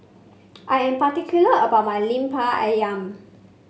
I am particular about my Lemper ayam